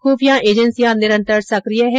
खुर्फिया एजेंसियां निरंतर सक्रिय हैं